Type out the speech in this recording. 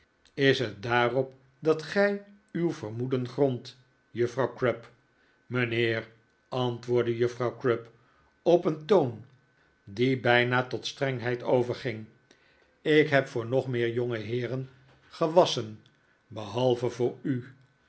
is het daarop dat gij uw vermoeden grondt juffrouw crupp mijnheer antwoordde juffrouw crupp op een toon die bijna tot strengheid overging ik heb voor nog meer jonge heeren juffrouw crupp spreektmij moed in gewasschen behalve voor u